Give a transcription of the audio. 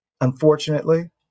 unfortunately